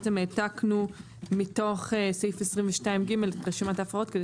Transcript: בעצם העתקנו מתוך סעיף 22ג את רשימת ההפרות כדי